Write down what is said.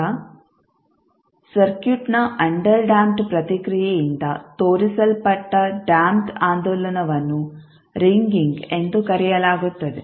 ಈಗ ಸರ್ಕ್ಯೂಟ್ನ under damped ಪ್ರತಿಕ್ರಿಯೆಯಿಂದ ತೋರಿಸಲ್ಪಟ್ಟ ಡ್ಯಾಂಪ್ಡ್ ಆಂದೋಲನವನ್ನು ರಿಂಗಿಂಗ್ ಎಂದೂ ಕರೆಯಲಾಗುತ್ತದೆ